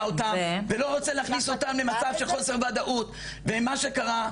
אותן ולא רוצה להכניס אותן למצב של חוסר וודאות ומה שקרה,